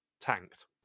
tanked